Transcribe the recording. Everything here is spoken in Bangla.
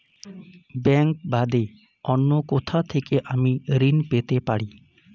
ব্যাংক বাদে অন্য কোথা থেকে আমি ঋন পেতে পারি?